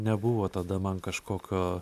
nebuvo tada man kažkokio